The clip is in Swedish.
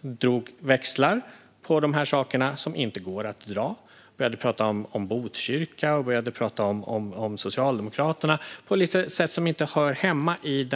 Hon drog växlar på dessa saker som inte går att dra. Hon började prata om Botkyrka och Socialdemokraterna på ett sätt som inte hör hemma i